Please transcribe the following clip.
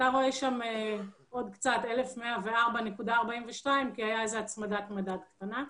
למעשה מקבלים 1,104.42 ₪ כי הייתה איזו הצמדת מדד קטנה.